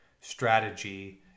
strategy